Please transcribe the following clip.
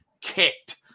kicked